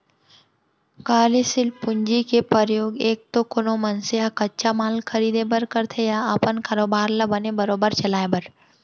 कारयसील पूंजी के परयोग एक तो कोनो मनसे ह कच्चा माल खरीदें बर करथे या अपन कारोबार ल बने बरोबर चलाय बर